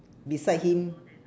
beside him